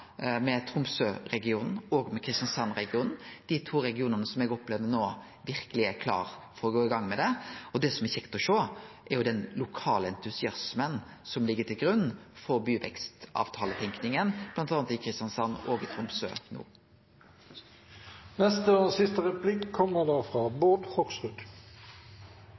med Tromsø-regionen og med Kristiansands-regionen, dei to regionane som eg opplever no verkeleg er klare for å gå i gang med det. Og det som er kjekt å sjå, er den lokale entusiasmen som ligg til grunn for tenkinga rundt byvekstavtalar, bl.a. i Kristiansand og i Tromsø